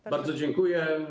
Bardzo dziękuję.